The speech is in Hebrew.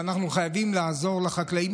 ואנחנו חייבים לעזור לחקלאים,